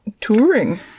touring